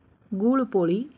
gulpoli